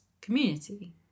community